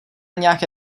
nějaké